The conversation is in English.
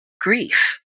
grief